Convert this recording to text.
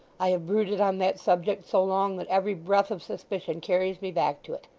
i have brooded on that subject so long, that every breath of suspicion carries me back to it.